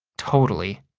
totally,